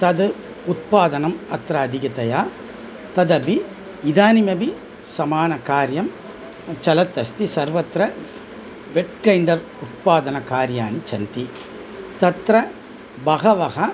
तद् उत्पादनम् अत्र अधिकतया तदपि इदानीमपि समानं कार्यं चलत् अस्ति सर्वत्र वेट् क्रैण्डर्स् उत्पादन कार्याणि चलन्ति तत्र बहवः